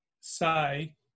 say